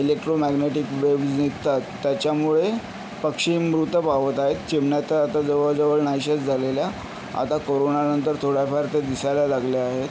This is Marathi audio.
इलेक्ट्रोमॅग्नेटिक वेव्हज् निघतात त्याच्यामुळे पक्षी मृत पावत आहेत चिमण्या तर आता जवळजवळ नाहीशाच झालेल्या आता कोरोनानंतर थोड्याफार त्या दिसायला लागल्या आहेत